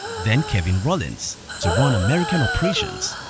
then kevin rollins to run american operations,